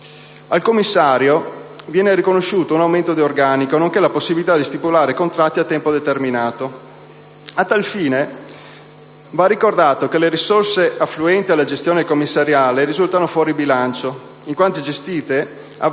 Al Commissario viene riconosciuto un aumento di organico, nonché la possibilità di stipulare contratti a tempo determinato. A tale fine, va ricordato che le risorse affluenti alla gestione commissariale risultano fuori bilancio in quanto gestite a valere